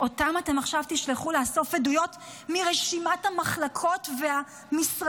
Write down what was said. אותם אתם עכשיו תשלחו לאסוף עדויות מרשימת המחלקות והמשרדים?